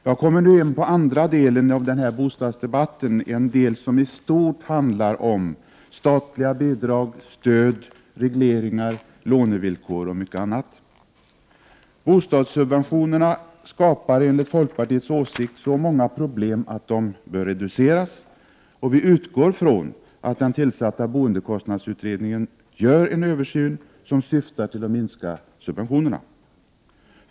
Jag kommer nu in på andra delen av denna bostadsdebatt, en del som i stort handlar om statliga bidrag, stöd, regleringar, lånevillkor och mycket annat. Bostadssubventionerna skapar enligt folkpartiets åsikt så många problem att de bör reduceras, och vi utgår från att den tillsatta boendekostnadsutredningen gör en översyn som syftar till att minska subventionerna.